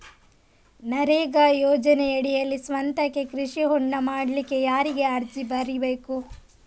ನರೇಗಾ ಯೋಜನೆಯಡಿಯಲ್ಲಿ ಸ್ವಂತಕ್ಕೆ ಕೃಷಿ ಹೊಂಡ ಮಾಡ್ಲಿಕ್ಕೆ ಯಾರಿಗೆ ಅರ್ಜಿ ಬರಿಬೇಕು?